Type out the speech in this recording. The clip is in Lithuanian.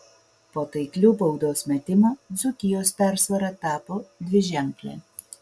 po taiklių baudos metimų dzūkijos persvara tapo dviženklė